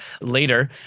later